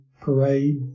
parade